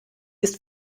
ist